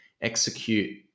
execute